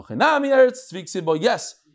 Yes